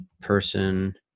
person